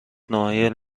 نایل